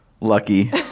Lucky